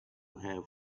have